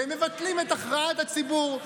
והם מבטלים את הכרעת הציבור.